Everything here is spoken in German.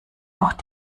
auch